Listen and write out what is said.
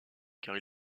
car